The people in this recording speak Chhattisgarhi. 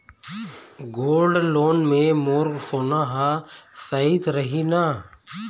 गोल्ड लोन मे मोर सोना हा सइत रही न?